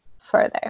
further